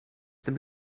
dem